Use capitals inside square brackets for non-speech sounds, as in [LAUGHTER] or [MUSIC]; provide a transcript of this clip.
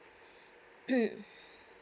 [COUGHS]